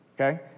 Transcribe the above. okay